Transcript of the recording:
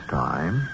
time